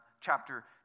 chapter